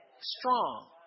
Strong